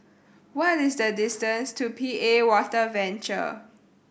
what is the distance to P A Water Venture